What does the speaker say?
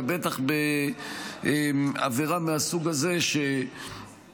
ובטח בעבירה מהסוג הזה ------ רציתי